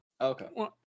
Okay